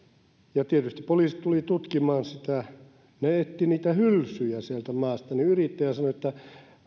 ja tietysti poliisit tulivat tutkimaan sitä ja kun he etsivät niitä hylsyjä sieltä maasta niin yrittäjä sanoi että